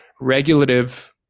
regulative